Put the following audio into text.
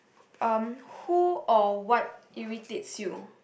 um who or what irritates you